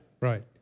Right